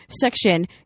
section